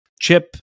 Chip